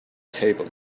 table